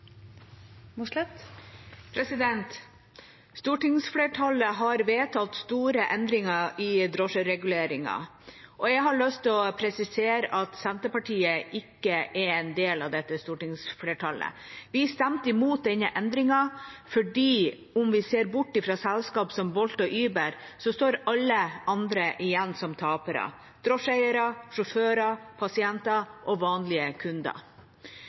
Stortingsflertallet har vedtatt store endringer i drosjereguleringen. Jeg har lyst til å presisere at Senterpartiet ikke er en del av dette stortingsflertallet. Vi stemte imot denne endringen, for om vi ser bort fra selskaper som Bolt og Uber, står alle andre igjen som tapere – drosjeeiere, sjåfører, pasienter og vanlige kunder.